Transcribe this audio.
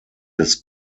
des